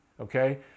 okay